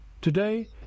Today